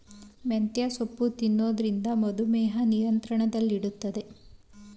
ಮೆಂತ್ಯೆ ಸೊಪ್ಪು ತಿನ್ನೊದ್ರಿಂದ ಮಧುಮೇಹ ನಿಯಂತ್ರಣದಲ್ಲಿಡ್ತದೆ